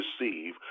receive